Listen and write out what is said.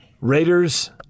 Raiders